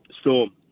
Storm